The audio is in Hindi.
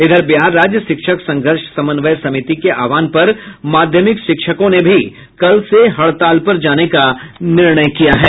इधर बिहार राज्य शिक्षक संघर्ष समन्वय समिति के आहवान पर माध्यमिक शिक्षकों ने भी कल से हड़ताल पर जाने का निर्णय किया है